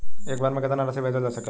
एक बार में केतना राशि भेजल जा सकेला?